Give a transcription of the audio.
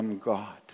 God